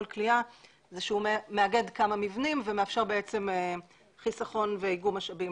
כליאה זה שהוא מאגד כמה מבנים ומאפשר חיסכון ואיגום משאבים